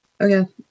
Okay